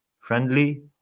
friendly